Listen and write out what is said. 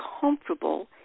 comfortable